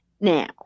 now